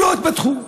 שלא התפתחו.